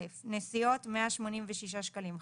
נסיכות - 186 שקלים חדשים,